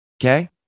okay